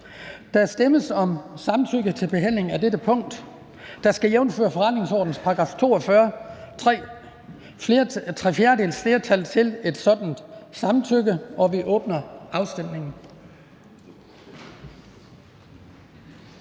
Der stemmes om samtykke til behandling af dagsordenens punkt 2. Der skal, jævnfør forretningsordenens § 42, tre fjerdedeles flertal til et sådant samtykke, og vi åbner afstemningen.